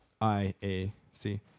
I-A-C